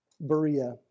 Berea